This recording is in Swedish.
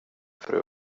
fru